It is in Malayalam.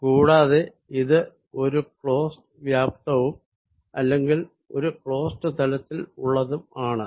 കൂടാതെ ഇത് ഒരു ക്ളോസ്ഡ് വ്യാപ്തം അല്ലെങ്കിൽ ഒരു ക്ളോസ്ഡ് തലത്തിൽ ഉള്ളത് ആണ്